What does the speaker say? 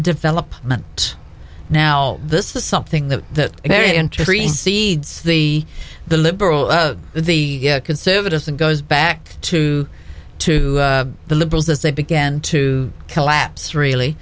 development now this is something that is very intriguing seeds the the liberal the conservatives and goes back to to the liberals as they began to collapse really